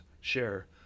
share